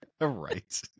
right